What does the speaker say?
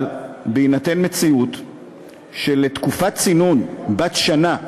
אבל בהינתן מציאות שלתקופת צינון בת שנה סירבתם,